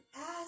ask